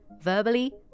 verbally